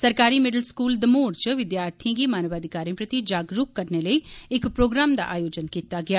सरकारी middle school Damor च विदयार्थियें गी मानवाधिकारें प्रति जागरुक करने लेई इक प्रोग्राम दा आयोजन कीता गेया